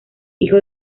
hijo